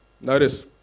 Notice